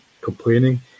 complaining